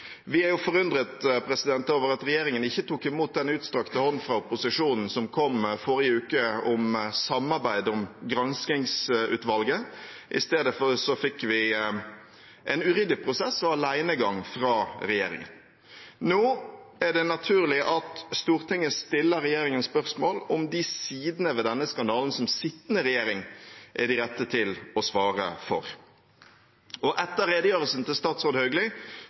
Vi er forundret over at regjeringen ikke tok imot den utstrakte hånden fra opposisjonen som kom i forrige uke, om samarbeid om granskingsutvalget. I stedet fikk vi en uryddig prosess og alenegang fra regjeringen. Nå er det naturlig at Stortinget stiller regjeringen spørsmål om de sidene ved denne skandalen som sittende regjering er den rette til å svare for. Etter redegjørelsen til statsråd Hauglie